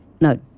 no